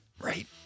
Right